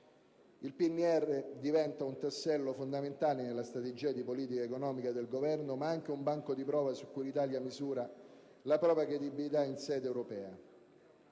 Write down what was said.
Il PNR diventa un tassello fondamentale nella strategia di politica economica del Governo, ma anche un banco di prova su cui l'Italia misura la propria credibilità in sede europea.